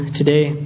today